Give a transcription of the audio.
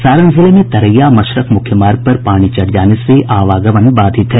सारण जिले में तरैया मशरक मुख्य मार्ग पर पानी चढ़ जाने से आवागमन बाधित है